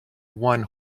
one